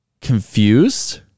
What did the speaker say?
confused